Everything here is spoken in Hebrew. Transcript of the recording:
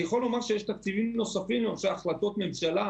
אני יכול לומר שיש תקציבים נוספים בהחלטות ממשלה,